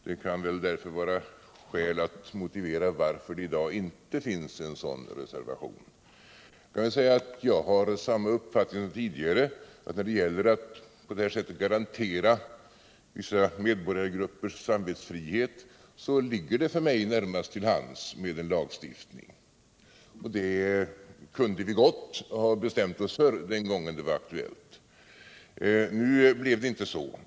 Det kan därför vara skäl att motivera varför det i dag inte finns en sådan reservation. Jag har samma uppfattning som tidigare, nämligen att när det gäller att på det här sättet garantera vissa medborgargruppers samvetsfrid så ligger det för mig närmast till hands med en lagstiftning. Det kunde vi gott ha bestämt oss för den gången detta var aktuellt. Nu blev det inte så.